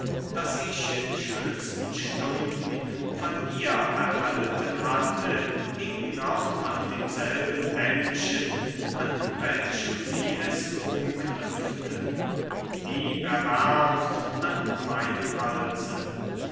das ich in schönsten stunden von ihr erhalten hatte hing noch an demselben bändchen an welchem sie es umknüpfte lieberwärmt an meinem halse